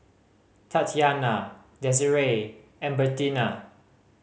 Tatyanna Desirae and Bertina